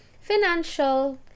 Financial